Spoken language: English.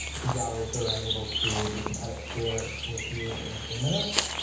the gallery so that i'm able to do some edits to it with you in a few minutes.